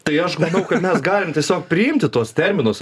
tai aš manau kad mes galim tiesiog priimti tuos terminus